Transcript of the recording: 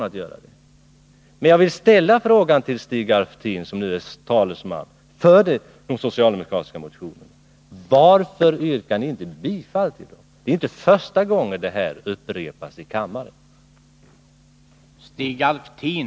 Låt mig dock fråga Stig Alftin, som är socialdemokraternas talesman för dessa motioner, varför ni inte yrkar bifall till dem. Det är inte första gången det händer här i kammaren.